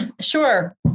sure